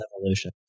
evolution